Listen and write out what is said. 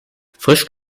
frisch